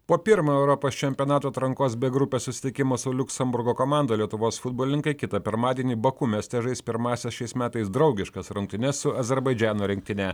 po pirmojo europos čempionato atrankos b grupės susitikimo su liuksemburgo komanda lietuvos futbolininkai kitą pirmadienį baku mieste žais pirmąsias šiais metais draugiškas rungtynes su azerbaidžano rinktine